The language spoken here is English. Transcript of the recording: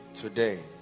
Today